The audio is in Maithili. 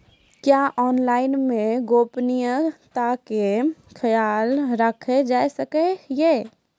क्या ऑनलाइन मे गोपनियता के खयाल राखल जाय सकै ये?